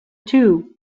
two